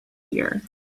year